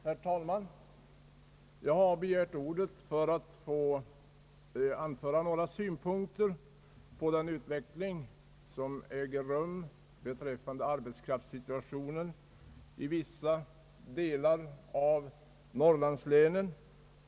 Herr talman! Jag har begärt ordet för att få anföra några synpunkter på den utveckling som äger rum beträffande arbetskraftssituationen i vissa delar av Norrlandslänen.